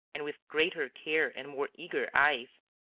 and with greater care and more eager eyes,